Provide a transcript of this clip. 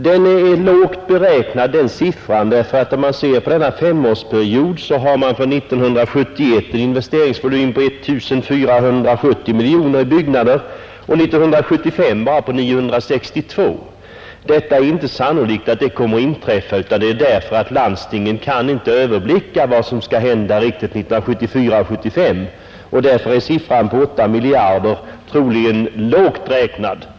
Den summan är lågt beräknad, därför att om man ser på denna femårsperiod finner man att för 1971 är det en investeringsvolym på 1 470 miljoner i byggnader och för 1975 bara 962 miljoner. Det är sannolikt att det inte kommer att bli så — landstingen kan inte riktigt överblicka vad som skall hända 1974-1975 — och därför är beloppet 8 miljarder troligen lågt räknat.